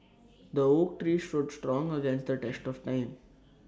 the oak tree stood strong against the test of time